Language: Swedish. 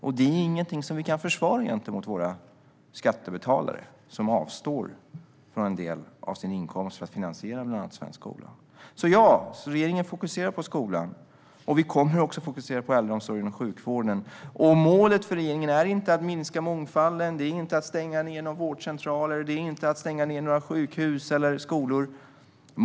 Detta är ingenting som vi kan försvara gentemot våra skattebetalare, som avstår från en del av sin inkomst för att finansiera bland annat svensk skola. Regeringen fokuserar på skolan, och vi kommer också att fokusera på äldreomsorgen och sjukvården. Målet för regeringen är inte att minska mångfalden eller att stänga ned vårdcentraler, sjukhus eller skolor.